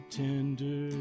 tender